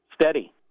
Steady